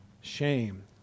Shame